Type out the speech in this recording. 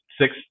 six